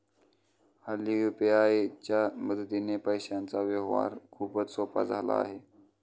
हल्ली यू.पी.आय च्या मदतीने पैशांचा व्यवहार खूपच सोपा झाला आहे